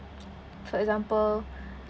for example